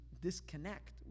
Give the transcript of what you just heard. disconnect